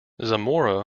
zamora